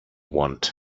want